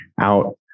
out